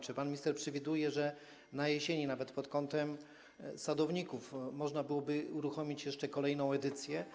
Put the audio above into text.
Czy pan minister przewiduje, że na jesieni, nawet pod kątem sadowników, można byłoby uruchomić kolejną edycję?